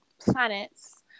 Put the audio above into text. planets